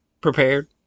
prepared